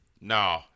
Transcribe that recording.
No